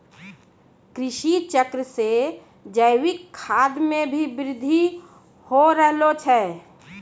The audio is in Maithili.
कृषि चक्र से जैविक खाद मे भी बृद्धि हो रहलो छै